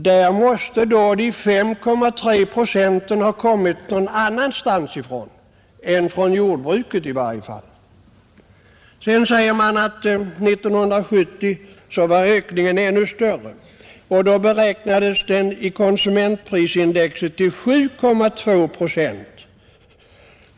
Då måste de 5,3 procenten ha kommit från något annat håll än från jordbruket i varje fall, Man säger att ökningen 1970 var ännu större. Då beräknades den i konsumentprisindex till 7,2 procent.